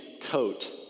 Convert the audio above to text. coat